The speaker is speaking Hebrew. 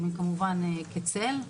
הם כמובן כצל,